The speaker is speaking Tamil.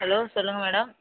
ஹலோ சொல்லுங்க மேடம்